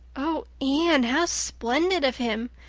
oh, anne, how splendid of him!